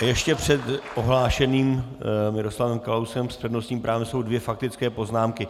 Ještě před ohlášeným Miroslavem Kalouskem s přednostním právem jsou dvě faktické poznámky.